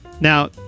Now